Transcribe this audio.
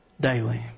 daily